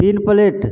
तीन प्लेट